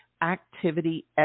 activity